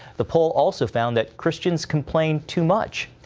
the poll also found that christians complain too much.